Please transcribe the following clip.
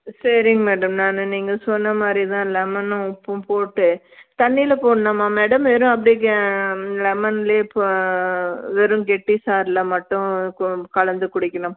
சரிங்க மேடம் நான் நீங்கள் சொன்ன மாதிரி தான் லெமனும் உப்பும் போட்டு தண்ணியில போடணுமா மேடம் வெறும் அப்படியே கே லெமன்லையே போ வெறும் கட்டி சாறில் மட்டும் கு கலந்து குடிக்கணும்